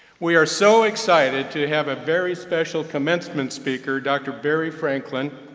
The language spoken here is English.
we are so excited to have a very special commencement speaker, dr. barry franklin,